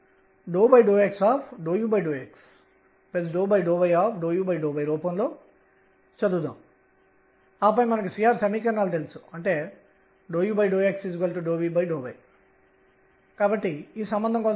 n అనేది nn కి సంబంధించినది మొత్తం కోణీయ ద్రవ్యవేగం కు సంబంధించినది